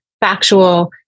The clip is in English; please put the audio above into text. factual